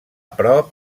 prop